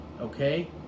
Okay